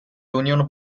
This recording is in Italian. union